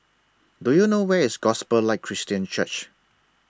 Do YOU know Where IS Gospel Light Christian Church